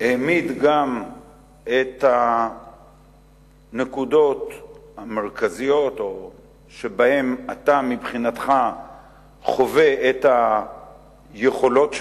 העמיד גם את הנקודות המרכזיות שבהן אתה מבחינתך חווה את היכולות שלנו,